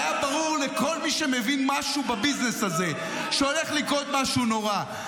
והיה ברור לכל מי שמבין משהו בביזנס הזה שהולך לקרות משהו נורא.